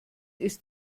ist